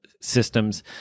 systems